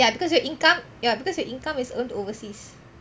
ya because your income ya because your income is earned overseas